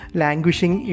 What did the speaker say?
languishing